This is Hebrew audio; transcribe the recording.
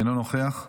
אינו נוכח,